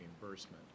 reimbursement